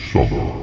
Summer